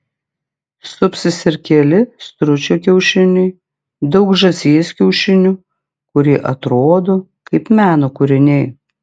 supsis ir keli stručio kiaušiniai daug žąsies kiaušinių kurie atrodo kaip meno kūriniai